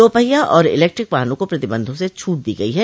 दो पहिया और इलैक्ट्रिक वाहनों को प्रतिबंधों से छूट दी गई है